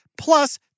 plus